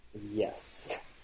Yes